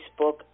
Facebook